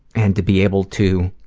and to be able to,